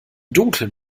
dunkeln